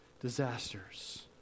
disasters